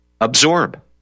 absorb